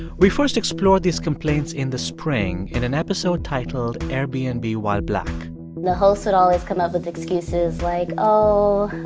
we first explored these complaints in the spring, in an episode titled airbnb and while black. the host would always come up with excuses, like, oh,